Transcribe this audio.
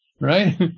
right